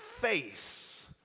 face